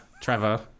Trevor